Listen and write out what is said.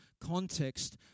context